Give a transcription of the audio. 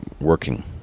working